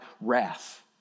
wrath